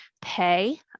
pay